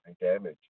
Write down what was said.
damage